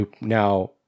now